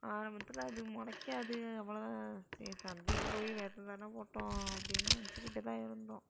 ஆரம்பத்தில் அது முளைக்காது அவ்வளோதான் சரி சந்தைக்கு போய் விதை தானே போட்டோம் அப்படினு நினைச்சிக்கிட்டு தான் இருந்தோம்